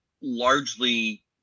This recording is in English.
largely